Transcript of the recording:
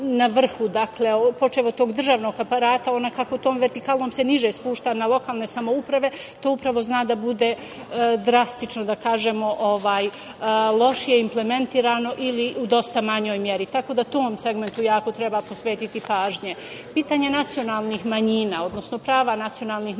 vrhu, počev od tog državnog aparata ona kako se vertikalno niže spušta na lokalne samouprave to upravo zna da bude drastično lošije implementirano ili u dosta manjoj meri. Tako da tom segmentu jako treba posvetiti pažnje. Pitanje nacionalnih manjina, odnosno prava nacionalnih manjina